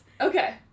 Okay